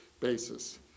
basis